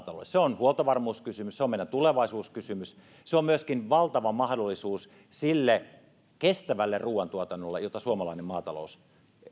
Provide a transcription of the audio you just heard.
se on huoltovarmuuskysymys se on meidän tulevaisuuskysymys se on myöskin valtava mahdollisuus sille kestävälle ruoantuotannolle jota suomalainen maatalous